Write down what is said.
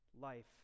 life